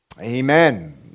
Amen